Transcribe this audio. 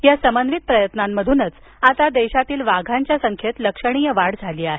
या समन्वित प्रयत्नांमधूनच आता देशातील वाघांच्या संख्येत लक्षणीय वाढ झाली आहे